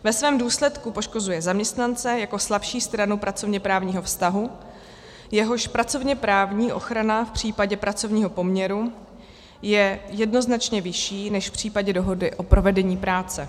Ve svém důsledku poškozuje zaměstnance jako slabší stranu pracovněprávního vztahu, jehož pracovněprávní ochrana v případě pracovního poměru je jednoznačně vyšší než v případě dohody o provedení práce.